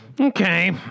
okay